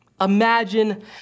Imagine